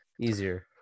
easier